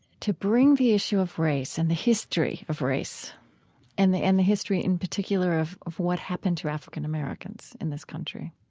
bring the issue of race and the history of race and the and the history in particular of of what happened to african-americans in this country